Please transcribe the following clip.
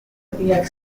erdiak